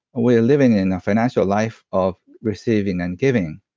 we are living in a financial life of receiving and giving.